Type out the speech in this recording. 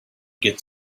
get